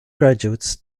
graduates